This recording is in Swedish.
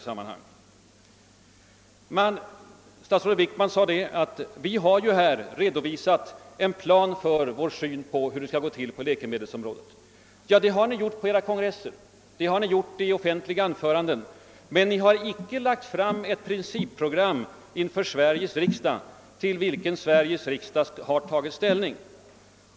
Statsrådet Wickman sade att »vi har redovisat en plan för hur det skall gå till på läkemedelsområdet». Ja, det har ni gjort på era kongresser och i offentliga anföranden, men ni har inte lagt fram ett principprogram för Sveriges riksdag, till vilket den har kunnat ta ställning.